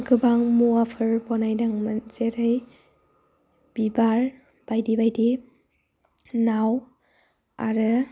गोबां मुवाफोर बानायदोंमोन जेरै बिबार बायदि बायदि बायदि नाव आरो